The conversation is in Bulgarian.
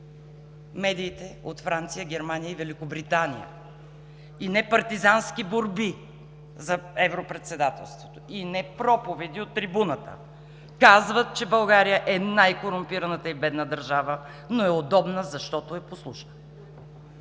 медиите от Франция, Германия и Великобритания, и не партизански борби за европредседателството, и не проповеди от трибуната казват, че България е най-корумпираната и бедна държава, но е удобна, защото е послушна.